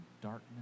darkness